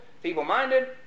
feeble-minded